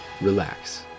relax